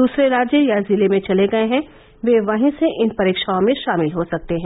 दूसरे राज्य या जिले में चले गए हैं वे वहीं से इन परीक्षाओं में शामिल हो सकते हैं